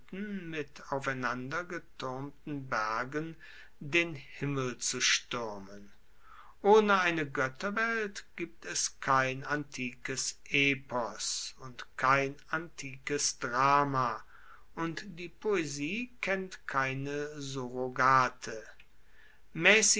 mit aufeinander getuermten bergen den himmel zu stuermen ohne eine goetterwelt gibt es kein antikes epos und kein antikes drama und die poesie kennt keine